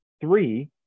three